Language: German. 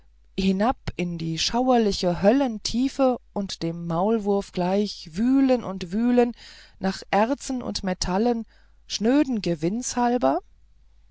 hinab in die schauerliche höllentiefe und dem maulwurf gleich wühlen und wühlen nach erzen und metallen schnöden